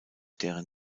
deren